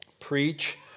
Preach